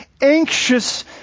anxious